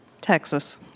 Texas